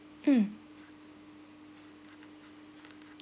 mm